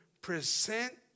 present